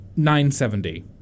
970